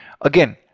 again